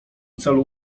celu